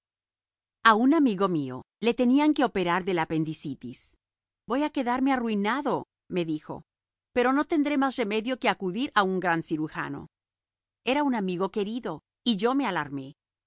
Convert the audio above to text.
a un amigo mío le tenían que operar de la apendicitis voy a quedarme arruinado me dijo pero no tendré más remedio que acudir a un gran cirujano era un amigo querido y yo me alarmé